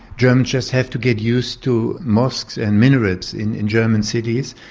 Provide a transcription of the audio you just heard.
germans just have to get used to mosques and minarets in in german cities.